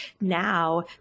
now